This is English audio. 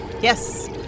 Yes